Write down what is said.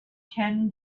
ten